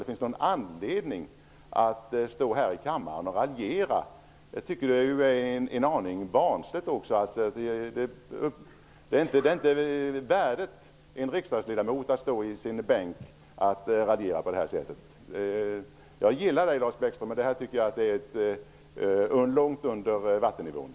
Det finns ingen anledning att stå här i kammaren och raljera. Det är en aning barnsligt, och det är inte värdigt en riksdagsledamot att stå i sin bänk och göra så. Jag gillar Lars Bäckström, men det här är långt under lågvattenmärket.